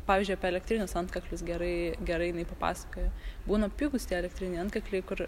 pavyzdžiui apie elektrinius antkaklius gerai gerai jinai papasakojo būna pigūs tie elektrinai antkaklai kur